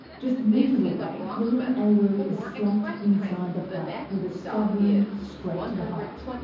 just metres away william awu is slumped inside the flat with a stab wound straight to the heart.